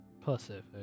Pacific